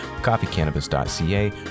coffeecannabis.ca